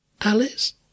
Alice